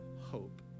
hope